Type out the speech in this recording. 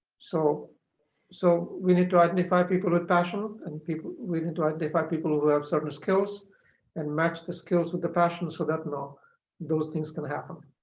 so so we need to identify people with passion and we need to identify people who have certain skills and match the skills with the passion so that and um those things can happen.